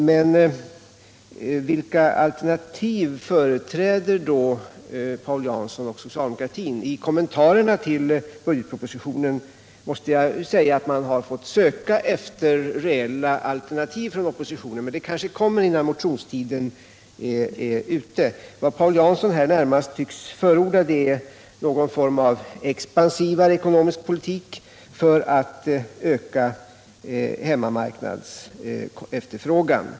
Men vilka alternativ företräder då Paul Jansson och socialdemokratin? I kommentarerna till budgetpropositionen — det måste jag ju säga — har man måst söka efter reella alternativ från oppositionen. Men de kanske kommer innan motionstiden är ute, Vad Paul Jansson här närmast tycks förorda är någon form av en expansivare ekonomi för att öka efterfrågan på hemmamarknaden.